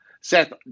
Seth